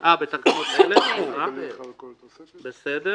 בסדר.